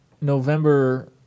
November